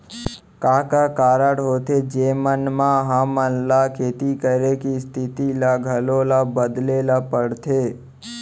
का का कारण होथे जेमन मा हमन ला खेती करे के स्तिथि ला घलो ला बदले ला पड़थे?